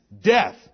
death